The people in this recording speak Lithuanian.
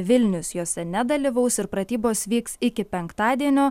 vilnius jose nedalyvaus ir pratybos vyks iki penktadienio